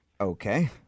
Okay